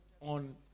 on